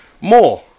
more